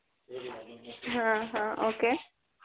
हाँ हाँ ओके